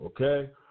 okay